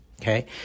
Okay